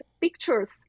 pictures